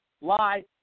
Lie